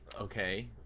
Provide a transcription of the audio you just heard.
Okay